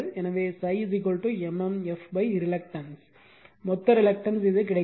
எனவே ∅ m m f reluctance மொத்த reluctance இது கிடைக்கும்